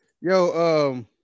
Yo